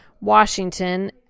Washington